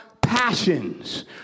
passions